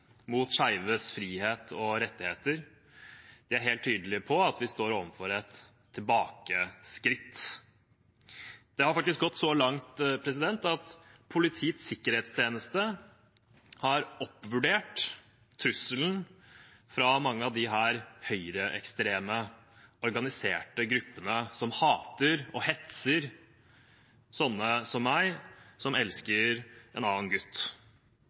mot skeives frihet og rettigheter. De er helt tydelige på at vi står overfor et tilbakeskritt. Det har faktisk gått så langt at Politiets sikkerhetstjeneste har oppvurdert trusselen fra mange av disse høyreekstreme organiserte gruppene som hater og hetser sånne som meg, som elsker en annen gutt.